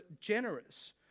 generous